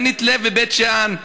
ינית לב בבית שאן,